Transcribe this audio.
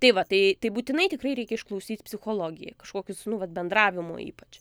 tai va tai tai būtinai tikrai reikia išklausyt psichologiją kažkokius nu vat bendravimo ypač